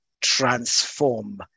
transform